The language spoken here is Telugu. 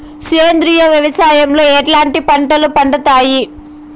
సేంద్రియ వ్యవసాయం లో ఎట్లాంటి పంటలు పండుతాయి